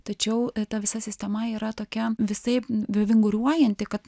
tačiau ta visa sistema yra tokia visaip vinguriuojanti kad